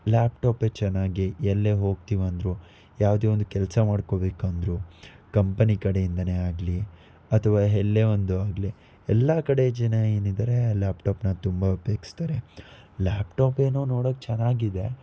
ಲ್ಯಾಪ್ಟಾಪೇ ಚೆನ್ನಾಗಿ ಎಲ್ಲೇ ಹೋಗ್ತೀವಂದರೂ ಯಾವುದೇ ಒಂದು ಕೆಲಸ ಮಾಡ್ಕೋಬೇಕಂದ್ರೂ ಕಂಪೆನಿ ಕಡೆಯಿಂದನೇ ಆಗಲಿ ಅಥವಾ ಎಲ್ಲೇ ಒಂದು ಆಗಲಿ ಎಲ್ಲ ಕಡೆ ಜನ ಏನಿದ್ದಾರೆ ಲ್ಯಾಪ್ಟಾಪ್ನ ತುಂಬ ಉಪಯೋಗ್ಸ್ತಾರೆ ಲ್ಯಾಪ್ಟಾಪೇನೋ ನೋಡೋಕ್ಕೆ ಚೆನ್ನಾಗಿದೆ